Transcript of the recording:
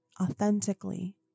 authentically